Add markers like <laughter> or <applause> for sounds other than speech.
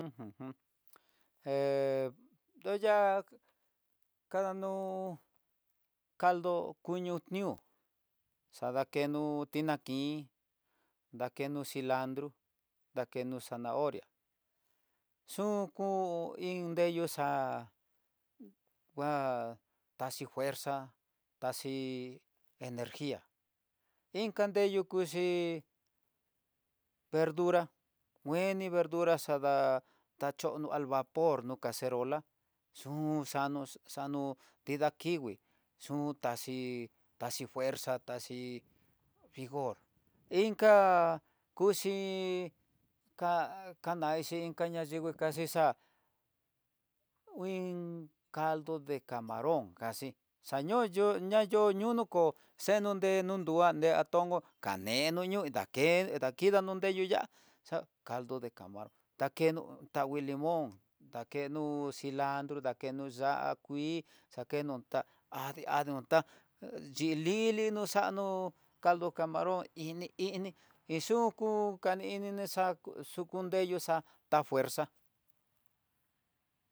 Uj <hesitation> jun hé duyá kandanó, caldo kuñu ñuu xadakeno tinankin, xa ndakeno cilandro, dakeno zanahoria, uku iin deyú xa'á ngua taxi nguerza taxi energia inka deyu kuxhi verdura, ngueni verdura xada'á dachonro al vapor nu caserola xun xano xano nida kingui xhukaxi taxhi nguerxa taxhi fijor, inka kuxhi kanaixhi kaña yikui kaxi xa nguin caldo de camaron kaxi xañoño yunio koo xenondue no nduande atongo kaneno ñoo dake dakidá nonyeyo yá caldo de camaron dakeno tangui limón, dakeno cilandro dekeno ya'á kuii dakeno taá adii adii ún tá xhilili no xanó caldo camarón ini ini iin xhuyu kani ini ni xa'á xuyu nreyó xa ta fuerza.